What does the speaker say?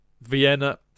Vienna